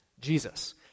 Jesus